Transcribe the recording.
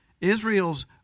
Israel's